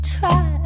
Try